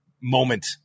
moment